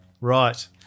Right